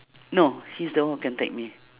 no he's the one who contact me